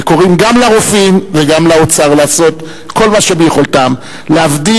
וקוראים גם לרופאים וגם לאוצר לעשות כל מה שביכולתם להביא